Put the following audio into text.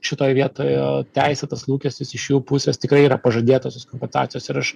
šitoj vietoj teisėtas lūkestis iš jų pusės tikrai yra pažadėtosios kompensacijos ir aš